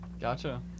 Gotcha